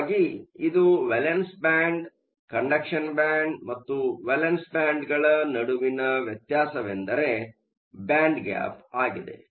ಹಾಗಾಗಿ ಇದು valence band conduction band ಮತ್ತು ವೇಲೆನ್ಸ್ ಬ್ಯಾಂಡ್ಗಳ ನಡುವಿನ ವ್ಯತ್ಯಾಸವೆಂದರೆ ಬ್ಯಾಂಡ್ ಗ್ಯಾಪ್ ಆಗಿದೆ